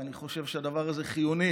ואני חושב שהדבר הזה חיוני